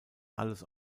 alles